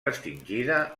extingida